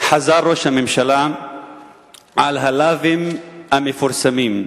חזר ראש הממשלה על הלאווים המפורסמים.